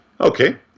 Okay